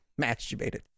Masturbated